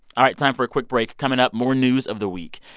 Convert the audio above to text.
all right, time for a quick break. coming up, more news of the week.